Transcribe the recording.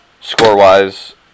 score-wise